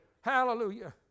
Hallelujah